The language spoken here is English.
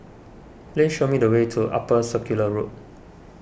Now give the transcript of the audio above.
please show me the way to Upper Circular Road